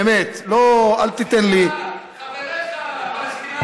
באמת, אל תיתן לי, סליחה, חבריך הפלסטינים,